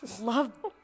Love